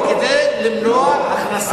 למנוע הכנסת דברים בסיסיים.